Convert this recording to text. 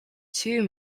two